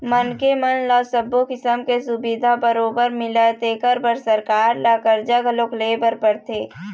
मनखे मन ल सब्बो किसम के सुबिधा बरोबर मिलय तेखर बर सरकार ल करजा घलोक लेय बर परथे